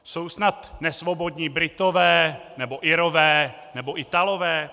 Jsou snad nesvobodní Britové nebo Irové nebo Italové?